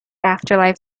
afterlife